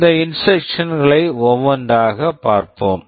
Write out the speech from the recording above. இந்த instructions instructions களை ஒவ்வொன்றாகப் பார்ப்போம்